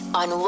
on